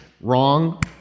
Wrong